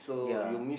ya